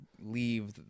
leave